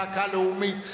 זעקה לאומית,